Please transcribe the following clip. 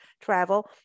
travel